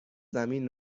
زمین